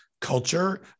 culture